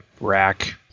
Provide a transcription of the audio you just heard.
rack